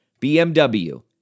BMW